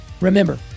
remember